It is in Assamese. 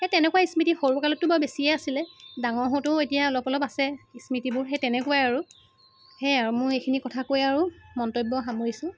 সেই তেনেকুৱা স্মৃতি সৰুকালততো বাৰু বেছিকৈয়ে আছিলে ডাঙৰ হওঁতেও এতিয়া অলপ অলপ আছে স্মৃতিবোৰ সেই তেনেকুৱাই আৰু সেইয়াই আৰু মোৰ এইখিনি কথা কৈ আৰু মন্তব্য সামৰিছোঁ